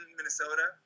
Minnesota